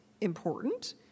important